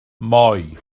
moi